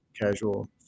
casual